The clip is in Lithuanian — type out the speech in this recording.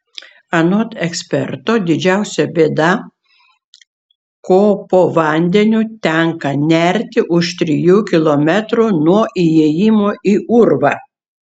anot eksperto didžiausia bėda ko po vandeniu tenka nerti už trijų kilometrų nuo įėjimo į urvą